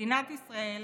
"מדינת ישראל